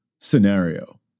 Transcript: scenario